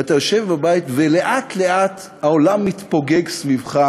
ואתה יושב בבית ולאט-לאט העולם מתפוגג סביבך,